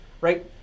right